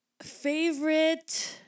favorite